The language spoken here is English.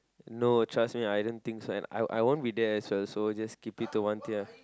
no trust me I don't think so and I I won't be there as well so just keep it to one tier